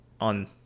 on